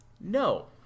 No